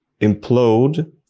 implode